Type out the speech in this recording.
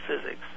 physics